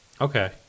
Okay